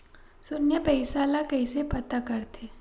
शून्य पईसा ला कइसे पता करथे?